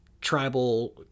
tribal